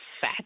fat